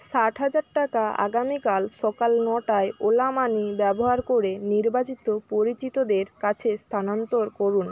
ষাট হাজার টাকা আগামীকাল সকাল নটায় ওলা মানি ব্যবহার করে নির্বাচিত পরিচিতদের কাছে স্থানান্তর করুন